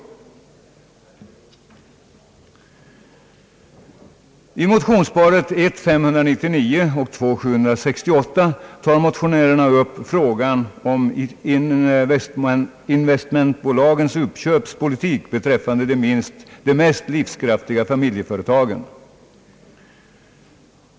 motionärerna upp frågan om investmentbolagens uppköpspolitik beträffande de mest livskraftiga familjeföretagen.